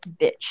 bitch